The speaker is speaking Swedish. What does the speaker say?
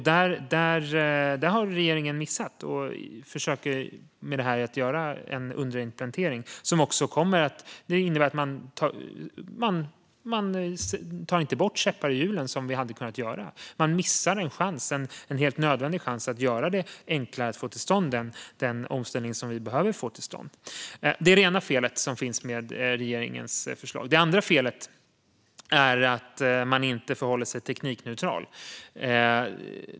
Där har regeringen missat och försöker med detta att göra en underimplementering. Det innebär att man inte tar bort käppar ur hjulen, som vi hade kunnat göra. Man missar en helt nödvändig chans att göra det enklare att få till stånd den omställning som vi behöver få till stånd. Det är det ena felet som finns med regeringens förslag. Det andra felet är att man inte förhåller sig teknikneutral.